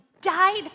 died